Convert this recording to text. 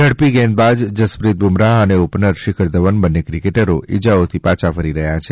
fast ગેદબાઝ જસપ્રિત બુમરાહ અને opener Shikhar Dhawan બંને ક્રિકેટરો ઇજાઓથી પાછા ફરી રહ્યા છે